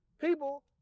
people